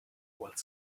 while